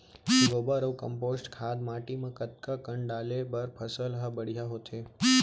गोबर अऊ कम्पोस्ट खाद माटी म कतका कन डाले बर फसल ह बढ़िया होथे?